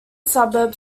suburb